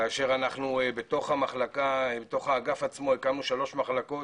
כאשר אנחנו בתוך האגף עצמו הקמנו שלוש מחלקות,